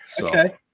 Okay